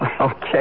Okay